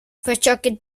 försöker